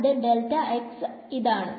അത് ഇതാണ്